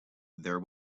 there